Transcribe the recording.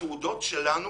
התעודות שלנו